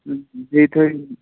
بیٚیہِ تھٲوِو